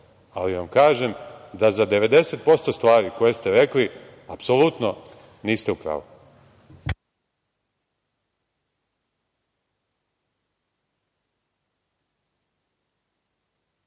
ali vam kažem da za 90% stvari koje ste rekli, apsolutno niste u pravu.